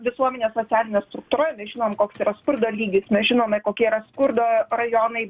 visuomenės socialinė struktūra mes žinom koks yra skurdo lygis mes žinome kokie yra skurdo rajonai